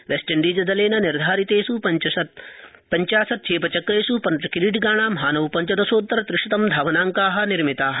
वैस्टइण्डीजदलेन निर्धारितेष् पञ्चाशत क्षेपचक्रेष् पञ्च क्रीडकाणां हानौ पञ्चदशोत्तरत्रिशतं धावनाङ्का निर्मिता